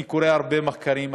ואני קורא הרבה מחקרים,